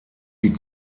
die